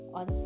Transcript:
on